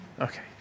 Okay